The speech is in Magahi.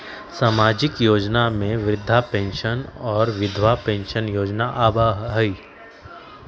सामाजिक योजना में वृद्धा पेंसन और विधवा पेंसन योजना आबह ई?